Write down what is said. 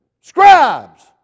scribes